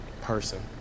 person